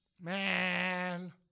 Man